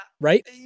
Right